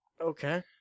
Okay